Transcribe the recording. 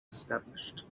established